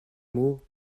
mots